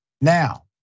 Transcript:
now